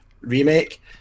remake